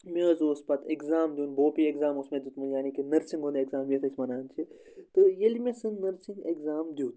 مےٚ حظ اوس پَتہٕ اٮ۪گزام دیُن بوپی اٮ۪گزام اوس مےٚ دیُتمُت یعنی کہِ نٔرسِنٛگ ہُنٛد اٮ۪گزام یَتھ أسۍ وَنان چھِ تہٕ ییٚلہِ مےٚ سُہ نٔرسِنٛگ اٮ۪گزام دیُت